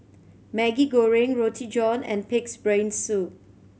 Maggi Goreng Roti John and Pig's Brain Soup